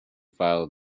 file